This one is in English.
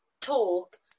talk